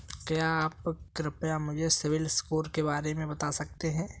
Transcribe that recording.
क्या आप कृपया मुझे सिबिल स्कोर के बारे में बता सकते हैं?